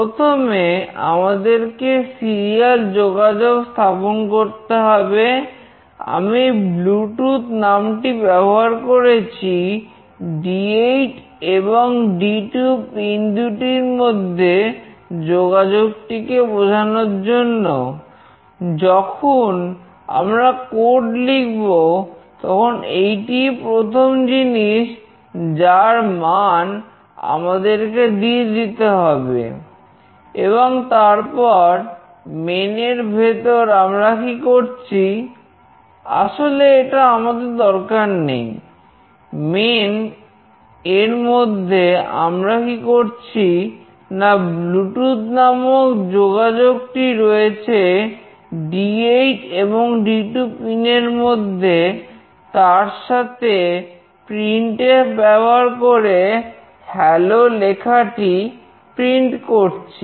প্রথমে আমাদেরকে সিরিয়াল করছি